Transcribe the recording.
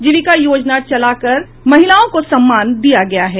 जीविका योजना चला कर महिलाओं को सम्मान दिया गया है